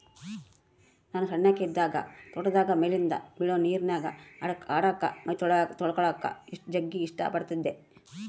ನಾನು ಸಣ್ಣಕಿ ಇದ್ದಾಗ ತೋಟದಾಗ ಮೇಲಿಂದ ಬೀಳೊ ನೀರಿನ್ಯಾಗ ಆಡಕ, ಮೈತೊಳಕಳಕ ಜಗ್ಗಿ ಇಷ್ಟ ಪಡತ್ತಿದ್ದೆ